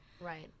Right